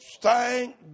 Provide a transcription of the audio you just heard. thank